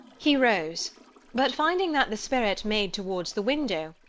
he rose but finding that the spirit made towards the window,